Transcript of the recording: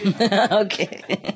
Okay